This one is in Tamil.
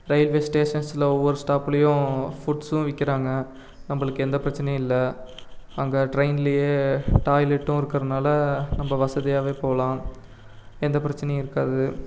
ரயில்வே ஸ்டேஷன்ஸ்ல ஒவ்வொரு ஸ்டாப்லேயும் ஃபுட்ஸும் விற்கிறாங்க நம்மளுக்கு எந்த பிரச்சனையும் இல்லை அங்கே ட்ரெயின்லேயே டாய்லெட்டும் இருக்கறதுனால நம்ம வசதியாகவே போகலாம் எந்த பிரச்சனையும் இருக்காது